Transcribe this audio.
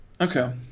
Okay